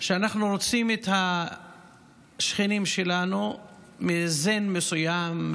שאנחנו רוצים את השכנים שלנו מזן מסוים,